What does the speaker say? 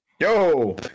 Yo